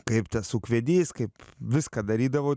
kaip tas ūkvedys kaip viską darydavau